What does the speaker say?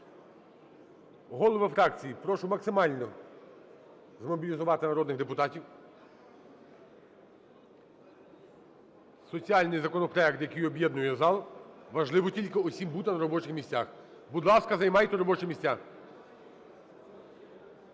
Голови фракцій, прошу максимально змобілізувати народних депутатів. Соціальний законопроект, який об'єднує зал. Важливо тільки усім бути на робочих місцях. Будь ласка, займайте робочі місця.